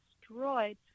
destroyed